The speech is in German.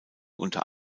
unter